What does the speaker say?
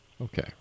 Okay